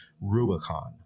Rubicon